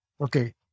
Okay